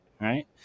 right